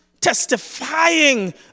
testifying